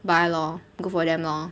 buy lor good for them lor